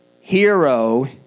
hero